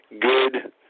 good –